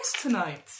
tonight